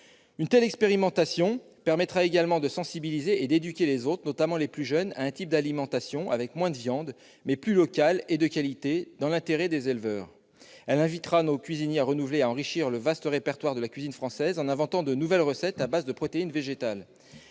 Une telle expérimentation permettrait également de sensibiliser et d'éduquer les autres, en particulier les plus jeunes, à un type d'alimentation qui comprenne moins de viande, mais qui soit plus local et de qualité, dans l'intérêt des éleveurs. Elle invitera nos cuisiniers à renouveler et à enrichir le vaste répertoire de la cuisine française, en inventant de nouvelles recettes à base de protéines végétales.